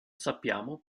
sappiamo